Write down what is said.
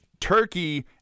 Turkey